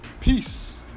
Peace